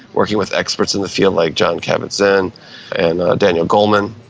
working with experts in the field like jon kabat-zinn and daniel goleman.